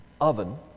oven